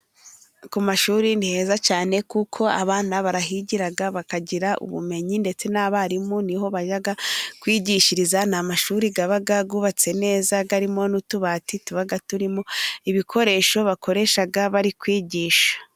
Ku mashuri niheza cyane kuko abana barahigira bakagira ubumenyi, ndetse n'abarimu niho bajya kwigishiriza. N'amashuri yaba yubatse neza yabamo n'utubati tuba turimo ibikoresho bakoresha bari kwigisha.